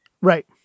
Right